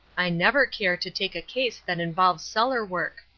i never care to take a case that involves cellar work.